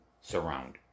surround